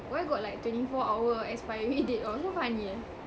why got like twenty four hour expiry date all so funny eh